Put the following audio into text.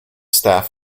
staff